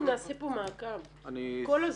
אנחנו נעשה פה מעקב כל הזמן.